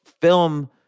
film